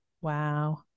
Wow